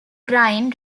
brine